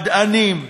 מדענים,